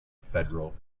federal